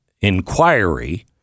inquiry